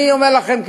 אני אומר לכם,